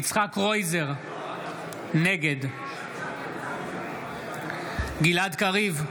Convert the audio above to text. יצחק קרויזר, נגד גלעד קריב,